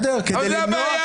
אבל זו הבעיה.